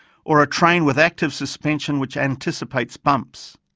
or a train with active suspension which anticipates bumps.